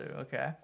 Okay